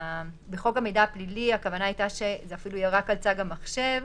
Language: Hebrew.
בחוק המידע הפלילי הכוונה הייתה שזה יהיה אפילו רק על צג המחשב,